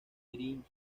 green